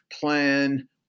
plan